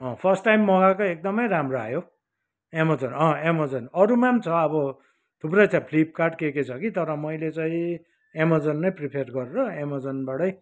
अँ first time मगाएको एकदमै राम्रो आयो एमाजोन अँ एमाजोन अरूमा पनि छ अब थुप्रै छ फ्लिपकार्ट के के छ कि तर मैले छे एमाजोन नै प्रिफर गरेर एमाजोनबाटै